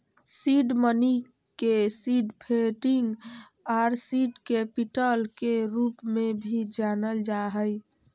seed money के seed funding आर seed capital के रूप में भी जानल जा हइ